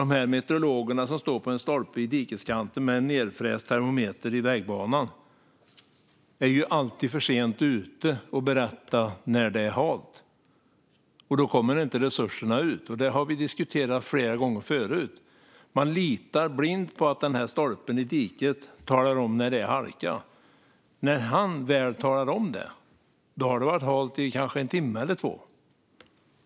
De meteorologer som står på en stolpe i dikeskanten med en termometer nedfräst i vägbanan är alltid för sent ute när det gäller att berätta när det är halt. Då kommer inte resurserna ut; detta har vi diskuterat flera gånger förut. Man litar blint på att stolpen i diket talar om när det är halka. När den väl talar om det har det varit halt i kanske en timme eller två.